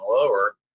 lower